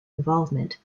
involvement